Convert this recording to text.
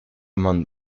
among